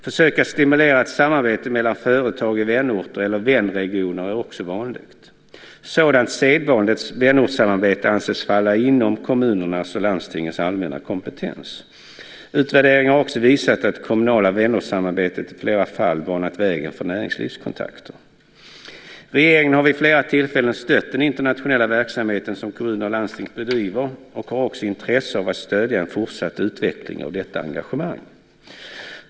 Försök att stimulera till samarbete mellan företag i vänorterna eller vänregionerna är också vanligt. Sådant sedvanligt vänortssamarbete anses falla inom kommuners och landstings allmänna kompetens. Utvärderingar har också visat att det kommunala vänortssamarbetet i flera fall banat väg för näringslivskontakter. Regeringen har vid flera tillfällen stött den internationella verksamhet som kommuner och landsting bedriver och har också intresse av att stödja en fortsatt utveckling av detta engagemang.